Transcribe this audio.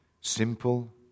Simple